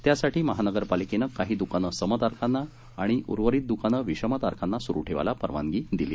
त्यासाठी महानगरपालिकेनं काही दुकानं सम तारखांना आणि उर्वरित दुकानं विषम तारखांना सुरू ठेवायला परवानगी दिली आहे